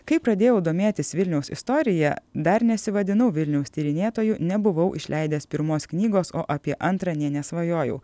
kai pradėjau domėtis vilniaus istorija dar nesivadinau vilniaus tyrinėtoju nebuvau išleidęs pirmos knygos o apie antrą nė nesvajojau